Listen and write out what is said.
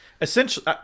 essentially